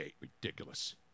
Ridiculous